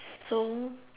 so